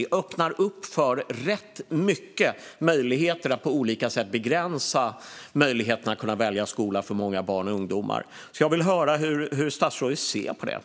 Det öppnar för att på olika sätt begränsa möjligheterna att välja skola för många barn och ungdomar. Jag vill höra hur statsrådet ser på detta.